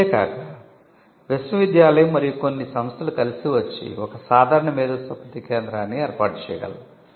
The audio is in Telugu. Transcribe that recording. అంతే కాక విశ్వవిద్యాలయం మరియు కొన్ని సంస్థలు కలిసి వచ్చి ఒక సాధారణ మేధోసంపత్తి కేంద్రాన్ని ఏర్పాటు చేయగలవు